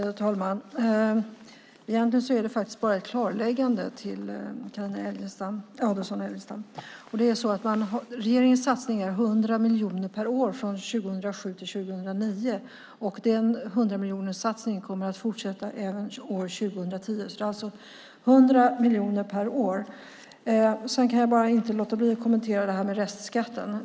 Herr talman! Egentligen är detta bara ett klarläggande för Carina Adolfsson Elgestam. Det är så att regeringens satsning är 100 miljoner per år från 2007 till 2009. Den hundramiljonerssatsningen kommer att fortsätta även 2010. Det är alltså 100 miljoner per år. Jag kan bara inte låta bli att kommentera det som sägs om restskatten.